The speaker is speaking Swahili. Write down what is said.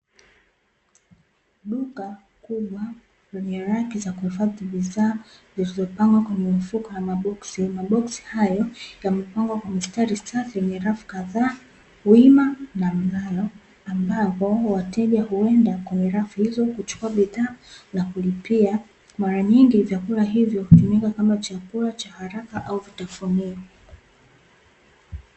Duka kubwa lenye raki za kuhifadhi bidhaa zilizopangwa kwenye mfuko na maboksi, maboksi hayo yamepangwa kwa mistari safi kwenye rafu kadhaa wima na mlalo, ambapo wateja huenda kwenye rafu hizo kuchukua bidhaa na kulipia, mara nyingi vyakula hivyo hutumika kama chakula cha haraka au vitafunio.